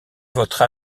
votre